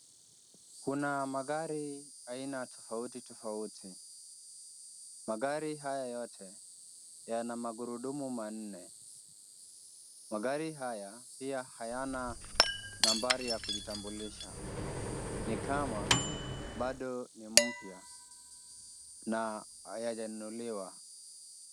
Kuna magari aina tofauti tofauti. Magari haya yote yana magurudumu manne. Magari haya pia hayana nambari ya kujitambulisha, ni kama bado ni mpya na hayajanunuliwa.